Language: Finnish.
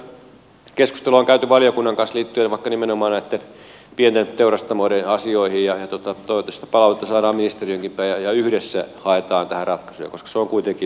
siinä mielessä luulen että keskustelua on käyty valiokunnan kanssa liittyen vaikka nimenomaan näitten pienten teurastamoiden asioihin ja toivottavasti palautetta saadaan ministeriöönkin päin ja yhdessä haetaan tähän ratkaisuja koska se on kuitenkin tärkeä asia